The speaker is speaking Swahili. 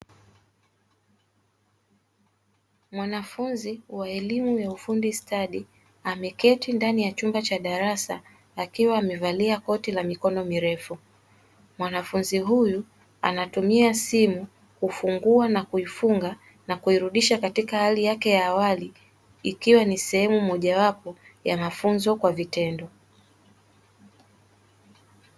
Mwanafuzi wa elimu ya ufundi stadi ameketi ndani ya chumba cha darasa akiwa amevalia koti la mikono mirefu. Mwanafunzi huyu anatumia simu kufungua na kuifunga na kuirudisha katika hali yake ya awali ikiwa ni sehemu moja wapo ya mafunzo kwa vitendo.